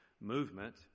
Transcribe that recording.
movement